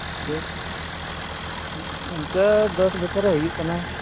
ᱟᱫᱚ ᱚᱱᱠᱟ ᱫᱚᱥ ᱵᱚᱪᱷᱚᱨᱮᱭ ᱦᱩᱭᱩᱜ ᱠᱟᱱᱟᱭ